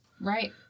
Right